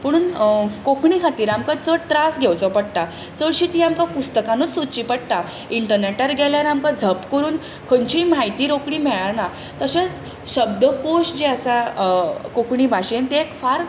पुणून कोंकणी खातीर आमकां चड त्रास घेवचो पडटा चडशी ती आमकां पुस्तकानूच सोदची पडटा इन्टर्नेटार गेल्यार आमकां झप्प करून खंयचीय म्हायती रोखडी मेळना तशेच शब्दकोश जे आसा ते कोंकणी भाशेंत ते